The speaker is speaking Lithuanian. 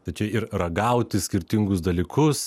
tai čia ir ragauti skirtingus dalykus